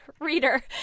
reader